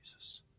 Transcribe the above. Jesus